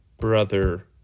brother